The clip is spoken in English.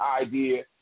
idea